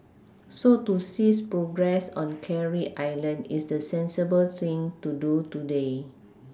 so to cease progress on Carey island is the sensible thing to do today